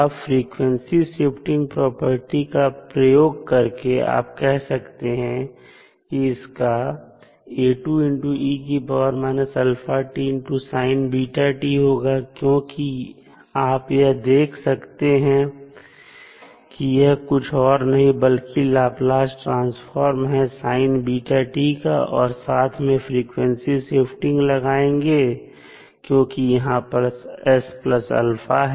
अब frequency shifting property का प्रयोग करके आप कह सकते हैं कि इसका होगा क्योंकि आप यह देख सकते हैं कि यह कुछ भी नहीं बल्कि लाप्लास ट्रांसफॉर्म है का और साथ में फ्रीक्वेंसी स्विफ्ट लगाएंगे क्योंकि यहां पर है